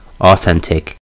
authentic